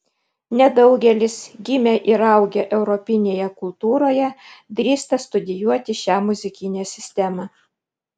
nedaugelis gimę ir augę europinėje kultūroje drįsta studijuoti šią muzikinę sistemą